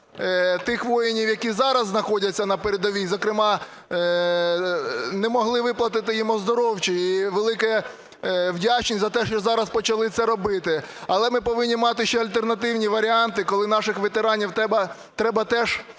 тих воїнів, які зараз знаходяться на передовій, зокрема, не могли виплатити їм оздоровчі. І велика вдячність за те, що зараз почали це робити, але ми повинні мати ще альтернативні варіанти, коли наших ветеранів треба теж реабілітувати.